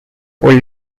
old